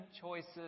choices